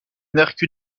hercule